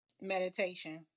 Meditation